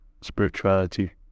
spirituality